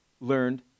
learned